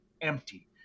empty